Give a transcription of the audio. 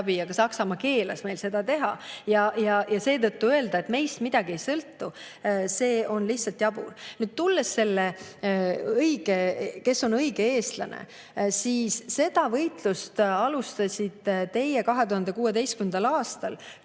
aga Saksamaa keelas meil seda teha. Ja seetõttu öelda, et meist midagi ei sõltu – see on lihtsalt jabur. Nüüd, tulles selle juurde, kes on õige eestlane: seda võitlust alustasite teie 2016. aastal,